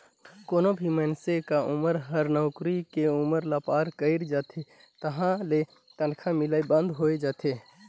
कोनो भी मइनसे क उमर हर नउकरी के उमर ल पार कइर जाथे तहां ले तनखा मिलना बंद होय जाथे